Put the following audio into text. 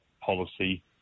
policy